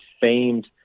famed